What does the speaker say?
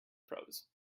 prose